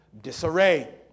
disarray